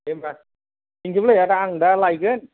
दे होमबा थेंकिइउलै आदा आं दा लायगोन